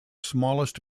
smallest